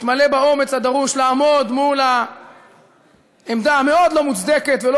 תתמלא באומץ הדרוש לעמוד מול העמדה המאוד-לא-מוצדקת ולא